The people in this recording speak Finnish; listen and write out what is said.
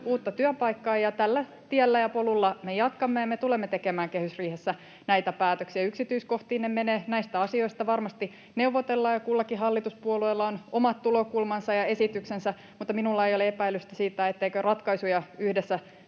uutta työpaikkaa. Tällä tiellä ja polulla me jatkamme, ja me tulemme tekemään kehysriihessä näitä päätöksiä. Yksityiskohtiin en mene. Näistä asioista varmasti neuvotellaan, ja kullakin hallituspuolueella on omat tulokulmansa ja esityksensä, mutta minulla ei ole epäilystä siitä, etteikö ratkaisuja yhdessä